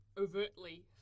overtly